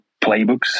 playbooks